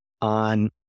on